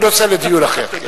זה נושא לדיון אחר.